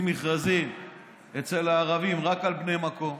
מכרזים אצל הערבים רק על בני מקום,